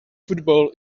football